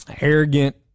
arrogant